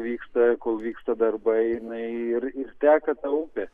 vyksta kol vyksta darbai jina ir ir teka ta upė